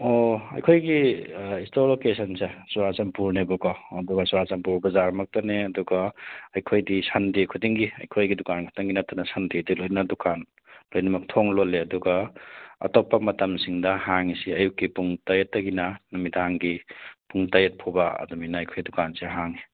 ꯑꯣ ꯑꯩꯈꯣꯏꯒꯤ ꯏꯁꯇꯣꯔ ꯂꯣꯀꯦꯁꯟꯁꯦ ꯆꯨꯔꯆꯥꯟꯄꯨꯔꯅꯦꯕꯀꯣ ꯑꯗꯨꯒ ꯆꯨꯔꯆꯥꯟꯄꯨꯔ ꯕꯖꯥꯔ ꯃꯛꯇꯅꯦ ꯑꯗꯨꯒ ꯑꯩꯈꯣꯏꯗꯤ ꯁꯟꯗꯦ ꯈꯨꯗꯤꯡꯒꯤ ꯑꯩꯈꯣꯏꯒꯤ ꯗꯨꯀꯥꯟꯒꯤꯈꯛꯇꯪ ꯅꯠꯇꯅ ꯁꯟꯗꯦꯗ ꯂꯣꯏꯅ ꯗꯨꯀꯥꯟ ꯂꯣꯏꯅꯃꯛ ꯊꯣꯡ ꯂꯣꯜꯂꯦ ꯑꯗꯨꯒ ꯑꯇꯣꯞꯄ ꯃꯇꯝꯁꯤꯡꯗ ꯍꯥꯡꯉꯤꯁꯦ ꯑꯌꯨꯛꯀꯤ ꯄꯨꯡ ꯇꯔꯦꯠꯇꯒꯤꯅ ꯅꯨꯃꯤꯗꯥꯡꯒꯤ ꯄꯨꯡ ꯇꯔꯦꯠ ꯐꯥꯎꯕ ꯑꯗꯨꯃꯥꯏꯅ ꯑꯩꯈꯣꯏ ꯗꯨꯀꯥꯟꯁꯦ ꯍꯥꯡꯉꯦ